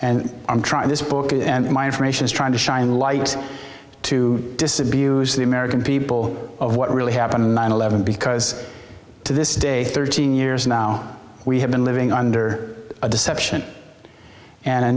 and i'm trying this book and my information is trying to shine light to disabuse the american people of what really happened in nine eleven because to this day thirteen years now we have been living under a deception and a